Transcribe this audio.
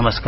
नमस्कार